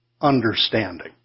understanding